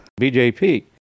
BJP